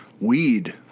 weed